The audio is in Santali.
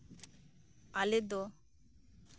ᱟᱞᱮ ᱫᱚ